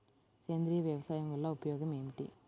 సేంద్రీయ వ్యవసాయం వల్ల ఉపయోగం ఏమిటి?